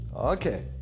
Okay